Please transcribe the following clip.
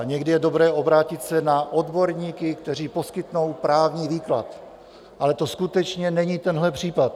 Někdy je dobré obrátit se na odborníky, kteří poskytnou právní výklad, ale to skutečně není tenhle případ.